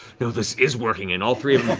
you know this is working. and all three of